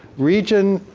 region,